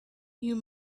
you